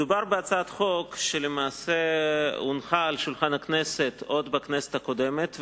מדובר בהצעת חוק שהונחה על שולחן הכנסת עוד בכנסת הקודמת,